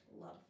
Love